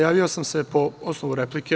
Javio sam se po osnovu replike.